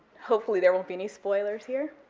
hopefully there won't be any spoilers here.